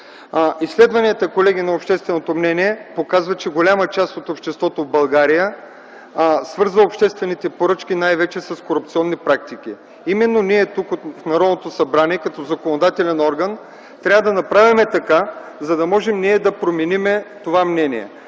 изследванията на общественото мнение показват, че голяма част от обществото в България свързва обществените поръчки най-вече с корупционни практики. Именно ние в Народното събрание като законодателен орган трябва да направим така, че да променим това мнение.